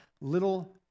Little